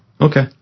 Okay